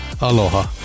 Aloha